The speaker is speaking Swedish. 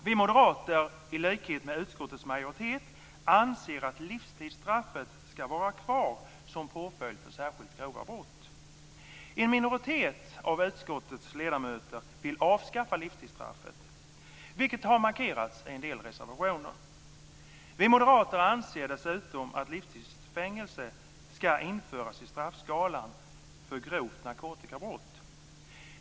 Vi moderater, i likhet med utskottets majoritet, anser att livstidsstraffet ska vara kvar som påföljd för särskilt grova brott. En minoritet av utskottets ledamöter vill avskaffa livstidsstraffet, vilket har markerats i en del reservationer. Vi moderater anser dessutom att livstids fängelse ska införas i straffskalan för grovt narkotikabrott.